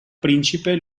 principe